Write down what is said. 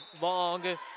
long